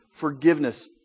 forgiveness